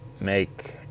make